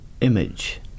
image